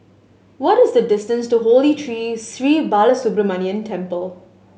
what is the distance to Holy Tree Sri Balasubramaniar Temple